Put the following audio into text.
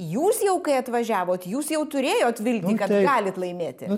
jūs jau kai atvažiavot jūs jau turėjot viltį kad galit laimėti